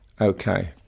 Okay